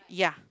yeah